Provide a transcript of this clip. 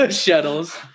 Shuttles